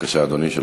בבקשה, אדוני.